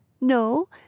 No